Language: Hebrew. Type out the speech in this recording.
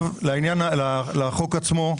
לחוק עצמו.